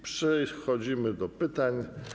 Przechodzimy do pytań.